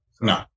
No